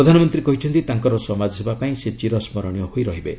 ପ୍ରଧାନମନ୍ତ୍ରୀ କହିଛନ୍ତି ତାଙ୍କର ସମାଜସେବା ପାଇଁ ସେ ଚିରସ୍କରଣୀୟ ହୋଇ ରହିବେ